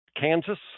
Kansas